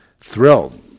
thrilled